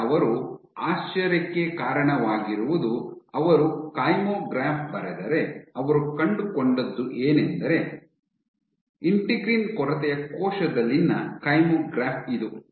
ಈಗ ಅವರ ಆಶ್ಚರ್ಯಕ್ಕೆ ಕಾರಣವಾಗಿರುವುದು ಅವರು ಕೈಮೋಗ್ರಾಫ್ ಬರೆದರೆ ಅವರು ಕಂಡುಕೊಂಡದ್ದು ಏನೆಂದರೆ ಇಂಟಿಗ್ರಿನ್ ಕೊರತೆಯ ಕೋಶದಲ್ಲಿನ ಕೈಮೊಗ್ರಾಫ್ ಇದು